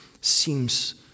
seems